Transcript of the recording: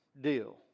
deal